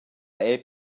era